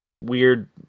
weird